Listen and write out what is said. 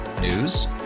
News